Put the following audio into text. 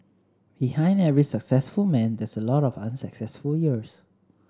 behind every successful man there's a lot of unsuccessful years